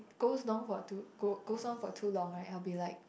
goes long for too go goes long for too long right I'll be like